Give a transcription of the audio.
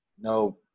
no